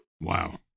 Wow